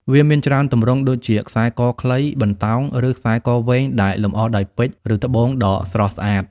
វាមានច្រើនទម្រង់ ដូចជាខ្សែកខ្លី បណ្តោង ឬខ្សែកវែងដែលលម្អដោយពេជ្រ ឬត្បូងដ៏ស្រស់ស្អាត។